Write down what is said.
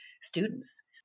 students